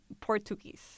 Portuguese